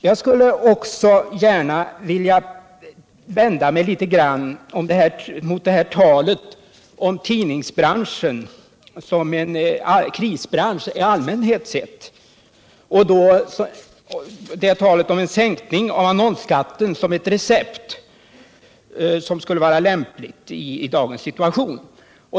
Jag skulle också gärna vilja vända mig mot talet om tidningsbranschen som en krisbransch allmänt sett, och mot att man för fram sänkningen av annonsskatten som ett lämpligt recept i dagens situation.